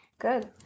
Good